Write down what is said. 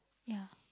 ya